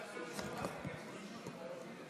מיליון שקל.